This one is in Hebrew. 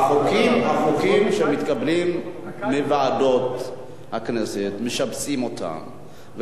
החוקים שמתקבלים מוועדות הכנסת, משבצים אותם.